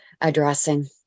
addressing